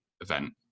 event